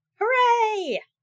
Hooray